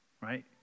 Right